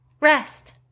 Rest